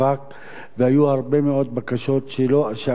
והיו הרבה מאוד בקשות שאפילו לא עלו.